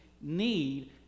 need